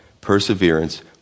perseverance